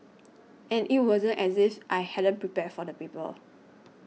and it wasn't as if I hadn't prepared for the paper